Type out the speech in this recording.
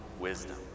wisdom